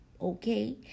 okay